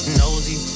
nosy